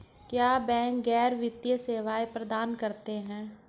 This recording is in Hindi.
क्या बैंक गैर वित्तीय सेवाएं प्रदान करते हैं?